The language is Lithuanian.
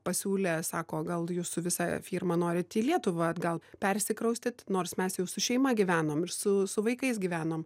pasiūlė sako gal jūsų visa firma norit į lietuvą atgal persikraustyt nors mes jau su šeima gyvenom ir su su vaikais gyvenom